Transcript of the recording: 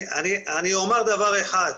אני אומר דבר אחד,